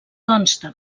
consta